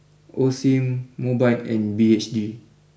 Osim Mobike and B H G